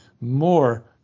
more